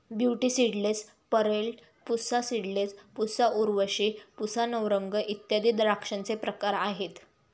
beauty seedless, Perlette, Pusa seedless, Pusa Urvashi, Pusa Navrang इत्यादी द्राक्षांचे प्रकार आहेत